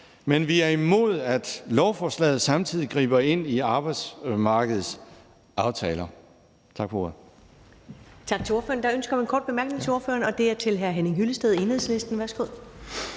Men vi er imod, at lovforslaget samtidig griber ind i arbejdsmarkedets aftaler.